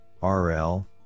RL